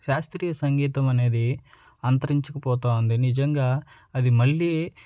శాస్త్రీయ సంగీతం అనేది అంతరించిపోతోంది నిజంగా అది మళ్ళీ